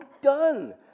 done